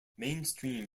mainstream